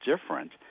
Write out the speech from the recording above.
different